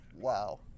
wow